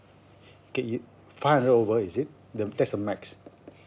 okay you five hundred over is it the that's the max